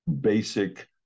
basic